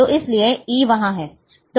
तो इसीलिए E वहा है